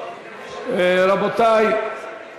רבותי,